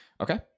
Okay